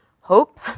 hope